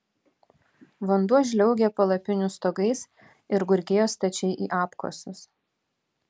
vanduo žliaugė palapinių stogais ir gurgėjo stačiai į apkasus